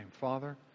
Father